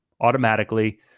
automatically